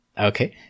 Okay